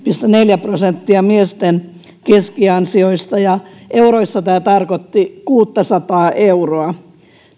neljä prosenttia miesten keskiansioista ja euroissa tämä tarkoitti kuuttasataa euroa